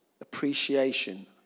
appreciation